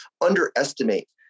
underestimate